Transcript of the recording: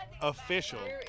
official